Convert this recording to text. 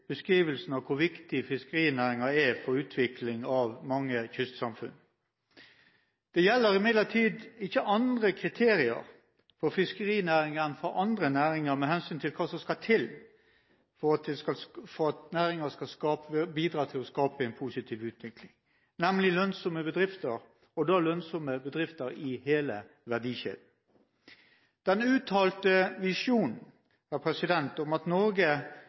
av hvor viktig fiskerinæringen er for utvikling av mange kystsamfunn. Det gjelder imidlertid ikke andre kriterier for fiskerinæringen enn for andre næringer med hensyn til hva som skal til for at næringen skal bidra til å skape en positiv utvikling, nemlig lønnsomme bedrifter, og da lønnsomme bedrifter i hele verdikjeden. Den uttalte visjonen om at Norge